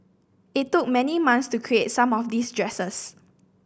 it took many months to create some of these dresses